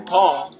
Paul